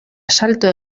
salto